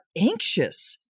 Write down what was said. anxious